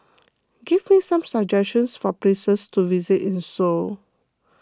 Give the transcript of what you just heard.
give me some suggestions for places to visit in Seoul